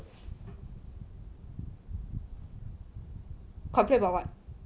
complain about what